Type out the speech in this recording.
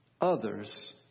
others